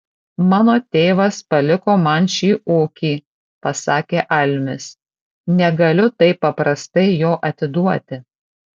mano tėvas paliko man šį ūkį pasakė almis negaliu taip paprastai jo atiduoti